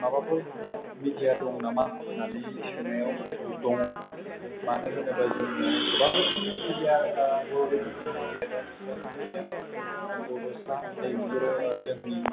माबाफोर मिडिया दं नामा होन्नानै सोंनायाव दङ मानो होनोबा जोंनि गोबां रोखोमनि मिडिया बड'सा नै बेफोरो जोंनि